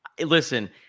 Listen